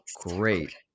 great